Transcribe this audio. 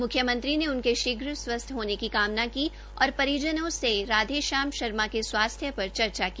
मुख्यमंत्री ने उनके शीघ्र स्वस्थ होने की कामना की और परिजनों से राधे श्याम शर्मा के स्वास्थ्य पर चर्चा की